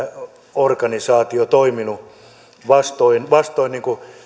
organisaatio toiminut vastoin vastoin